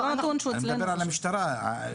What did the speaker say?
אני מדבר על המשטרה.